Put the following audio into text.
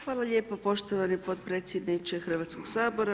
Hvala lijep poštovani potpredsjedniče Hrvatskog sabora.